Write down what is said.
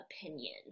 opinion